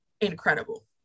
incredible